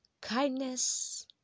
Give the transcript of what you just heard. kindness